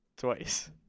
twice